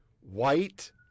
White